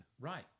Right